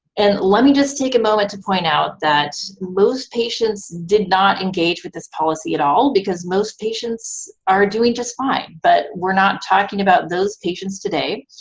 and let me just take a moment to point out that most patients did not engage with this policy at all because most patients are doing just fine, but we're not talking about those patients today,